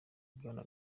bwana